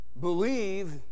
believe